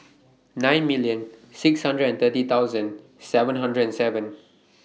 nine million six hundred and thirty thousand seven hundred and seven